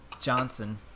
Johnson